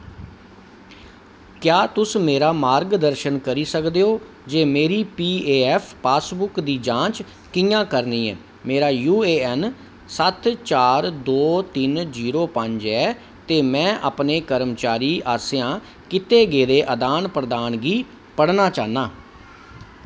क्या तुस मेरा मार्गदर्शन करी सकदे ओ जे मेरी पी ऐफ्फ पासबुक दी जांच कि'यां करनी ऐ मेरा यूएएन सत्त चार दो तिन जीरो पंज ऐ ते मैं अपने कर्मचारी आसेआ कीत्ते गेदे अदान प्रदान गी पढ़ना चाह्न्नां